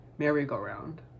Merry-go-round